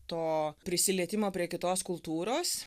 to prisilietimo prie kitos kultūros